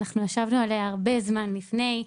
אנחנו ישבנו עליה הרבה זמן לפני,